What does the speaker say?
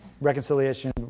reconciliation